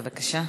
בבקשה.